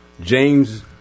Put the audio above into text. James